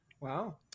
Wow